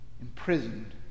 imprisoned